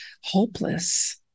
hopeless